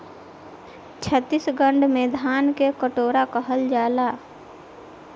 छतीसगढ़ के धान के कटोरा कहल जाला